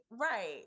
Right